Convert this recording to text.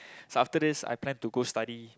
so after this I plan to go study